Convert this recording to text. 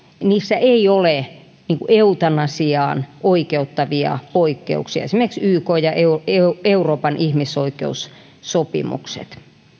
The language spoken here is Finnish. ei ole eutanasiaan oikeuttavia poikkeuksia esimerkiksi ykn ja euroopan ihmisoikeussopimuksissa